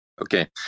Okay